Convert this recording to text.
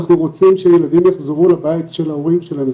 אנחנו רוצים שילדים יחזרו לבית של ההורים שלהם,